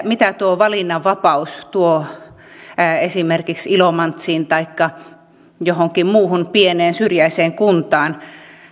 mitä tuo valinnanvapaus tuo esimerkiksi ilomantsiin taikka johonkin muuhun pieneen syrjäiseen kuntaan